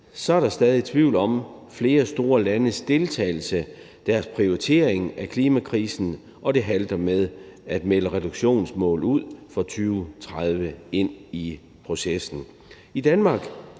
så er der stadig tvivl om flere store landes deltagelse og deres prioritering af klimakrisen, og det halter med at melde reduktionsmål ud for 2030 og ind i processen.